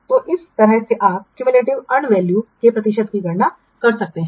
तो इस तरह से आप क्यूमयूलेटिवअर्न वैल्यू के प्रतिशत की गणना कर सकते हैं